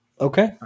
Okay